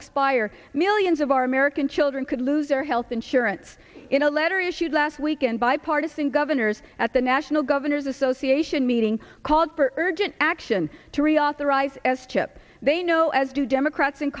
expire millions of our american children could lose their health insurance in a letter issued last week and bipartisan governors at the national governors association meeting called for urgent action to reauthorize s chip they know as do democrats in